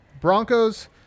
Broncos